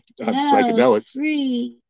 psychedelics